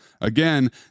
Again